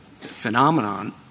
phenomenon